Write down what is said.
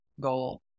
goal